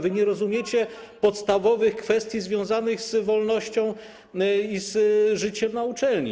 Wy nie rozumiecie podstawowych kwestii związanych z wolnością i z życiem na uczelni.